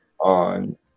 on